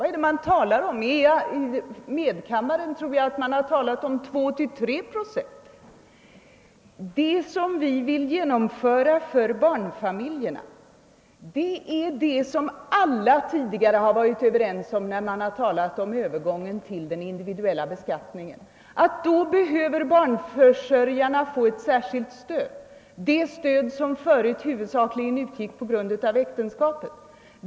Vad är det man talar om? I medkammaren tror jag att man talat om 2 till 3 procent. Det som vi vill genomföra för barnfamiljerna har alla tidigare varit överens om när man diskuterat en övergång till individuell beskattning. Man har sagt att barnförsörjarna då behöver få ett särskilt stöd, det stöd som förut utgick huvudsaklingen på grund av äktenskapet.